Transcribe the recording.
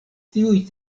tiuj